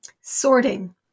Sorting